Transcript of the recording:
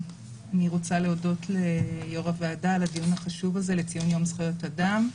אני רוצה להודות ליו"ר הוועדה על הדיון החשוב הזה לציון יום זכויות אדם.